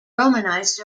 romanized